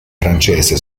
francese